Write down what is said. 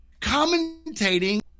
commentating